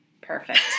Perfect